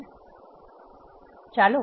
ચાલો હવે C bind જોઈએ